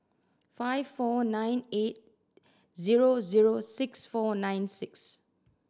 five four nine eight zero zero six four nine six